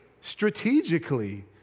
strategically